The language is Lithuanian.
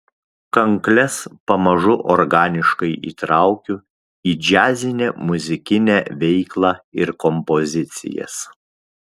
kankles pamažu organiškai įtraukiu į džiazinę muzikinę veiklą ir kompozicijas